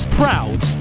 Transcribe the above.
proud